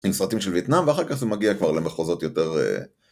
עם סרטים של ויטנאם, ואחר כך זה מגיע כבר למחוזות יותר...